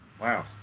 Wow